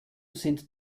sind